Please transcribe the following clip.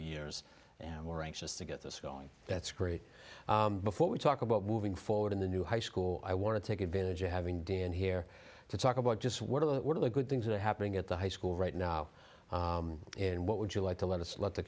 years and we're anxious to get this going that's great before we talk about moving forward in the new high school i want to take advantage of having dan here to talk about just what are the good things that are happening at the high school right now and what would you like to let us let the